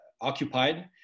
occupied